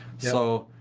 so,